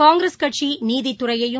காங்கிரஸ் கட்சி நீதித்துறையையும்